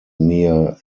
near